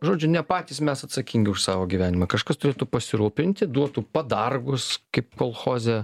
žodžiu ne patys mes atsakingi už savo gyvenimą kažkas turėtų pasirūpinti duotų padargus kaip kolchoze